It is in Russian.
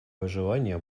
выживания